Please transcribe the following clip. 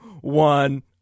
one